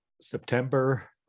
September